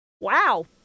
Wow